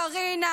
קרינה,